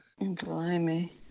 Blimey